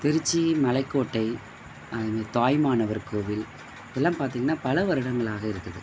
திருச்சி மலைக்கோட்டை அது மாரி தாயுமானவர் கோவில் எல்லாம் பார்த்தீங்கன்னா பல வருடங்களாக இருக்குது